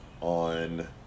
on